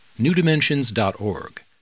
newdimensions.org